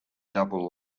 double